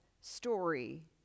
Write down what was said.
story